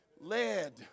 Led